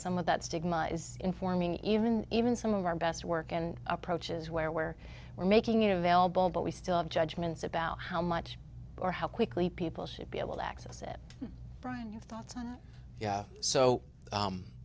some of that stigma is informing even even some of our best work and approaches where where we're making it available but we still have judgments about how much or how quickly people should be able to access it